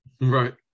Right